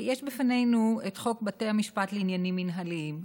יש לפנינו את חוק בתי המשפט לעניינים מינהליים,